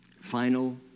final